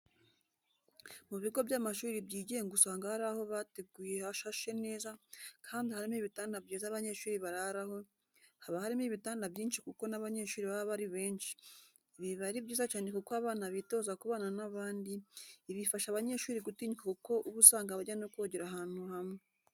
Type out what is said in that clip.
Mu bigo by'amashuri byigenga usanga hari aho bateguye hashashe neza kandi harimo ibitanda byiza abanyeshuri bararaho, haba harimo ibitanda byinshi kuko n'abanyeshuri baba ari benshi, ibi biba ari byiza cyane kuko abana bitoza kubana n'abandi, ibi bifasha abanyeshuri gutinyuka kuko uba usanga bajya no kogera ahantu hamwe.